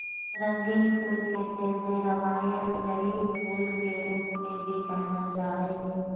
रंगीन फूल के तेल, जे हवाईयन लेई फूल के रूप में भी जानल जा हइ